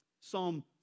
Psalm